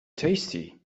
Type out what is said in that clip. tasty